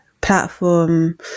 platform